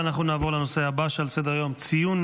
אנחנו נעבור לנושא הבא על סדר-היום: ציון